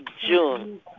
June